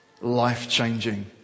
life-changing